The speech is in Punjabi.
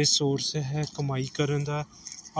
ਇਹ ਸੋਰਸ ਹੈ ਕਮਾਈ ਕਰਨ ਦਾ